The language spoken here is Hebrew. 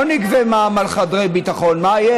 מה יש?